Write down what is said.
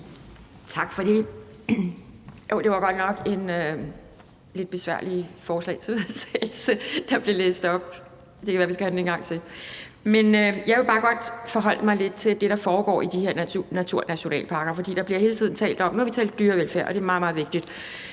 Tak for det. Det var godt nok et lidt besværligt forslag til vedtagelse, der blev læst op – det kan være, vi skal have det en gang til. Men jeg vil bare godt forholde mig lidt til det, der foregår i de her naturnationalparker. Nu har vi talt dyrevelfærd, og det er meget, meget vigtigt,